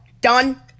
done